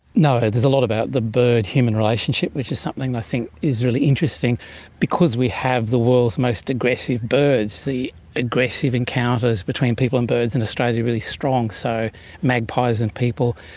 no, there's a lot about the bird-human relationship, which is something i think is really interesting because we have the world's most aggressive birds. the aggressive encounters between people and birds in australia are really strong. so magpies and people,